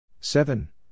seven